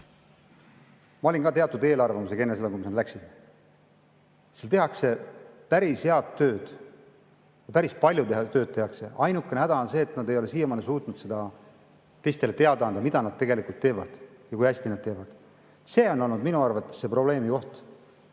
mul oli ka teatud eelarvamus enne seda, kui ma sinna läksin. Seal tehakse päris head tööd. Ja päris palju tööd tehakse. Ainukene häda on see, et nad ei ole siiamaani suutnud seda teistele teada anda, mida nad tegelikult teevad ja kui hästi nad teevad. See on olnud minu arvates see probleemi koht.